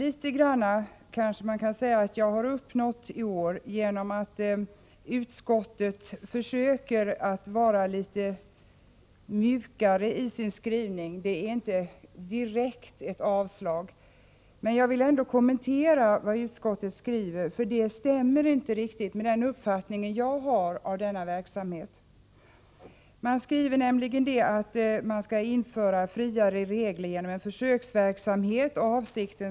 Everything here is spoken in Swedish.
Man kan kanske säga att jag har uppnått något i år, eftersom utskottet har försökt vara litet mjukare i sin skrivning: det yrkas inte ett direkt avslag. Jag vill emellertid kommentera vad utskottet skriver, eftersom det inte riktigt stämmer med min uppfattning om verksamheten. Utskottet skriver nämligen att det skall bedrivas försöksverksamhet med friare regler.